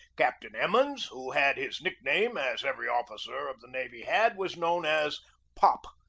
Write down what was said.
captain emmons, who had his nickname, as every officer of the navy had, was known as pop.